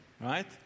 right